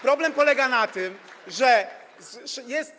Problem polega na tym, że jest.